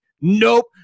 nope